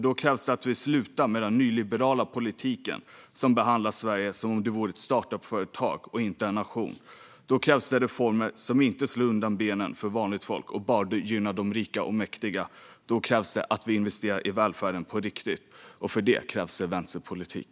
Då krävs dock att vi slutar med den nyliberala politiken, som behandlar Sverige som om det vore ett startup-företag och inte en nation. Då krävs det reformer som inte slår undan benen för vanligt folk och bara gynnar de rika och mäktiga. Då krävs det att vi investerar i välfärden på riktigt, och för det krävs det vänsterpolitik.